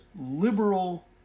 liberal